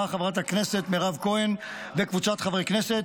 חברת הכנסת מירב כהן וקבוצת חברי הכנסת,